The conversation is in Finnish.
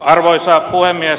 arvoisa puhemies